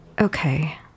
okay